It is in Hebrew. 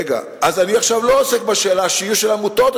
רגע, אז אני לא עוסק בשאלה, שיהיו של עמותות.